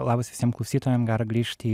labas visiem klausytojam gera grįžt į